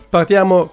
Partiamo